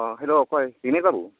ᱚ ᱦᱮᱞᱳ ᱚᱠᱚᱭ ᱵᱤᱱᱚᱭ ᱵᱟᱵᱩ